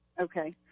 Okay